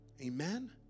Amen